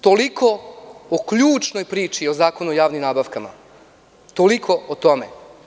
Toliko o ključnoj priči o Zakonu o javnim nabavkama, toliko o tome.